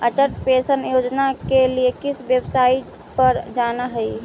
Atal pension योजना के लिए किस वेबसाईट पर जाना हई